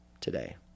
today